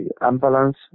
ambulance